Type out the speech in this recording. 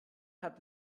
hat